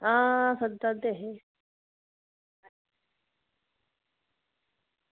आं सद्दा दे हे